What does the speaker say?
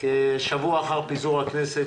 שבוע אחר פיזור הכנסת,